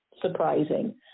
surprising